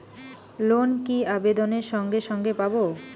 Loan কি আবেদনের সঙ্গে সঙ্গে পাব?